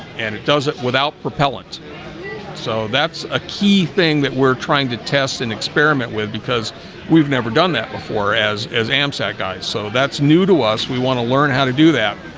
and it does it without propellant so that's a key thing that we're trying to test an experiment with because we've never done that before as as amsat guys so that's new to us. we want to learn how to do that